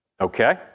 Okay